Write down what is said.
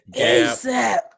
ASAP